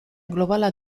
globala